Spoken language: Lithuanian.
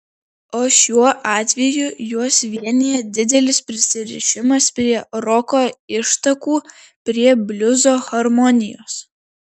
o šiuo atveju juos vienija didelis prisirišimas prie roko ištakų prie bliuzo harmonijos